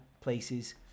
places